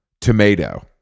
tomato